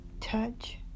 touch